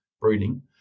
breeding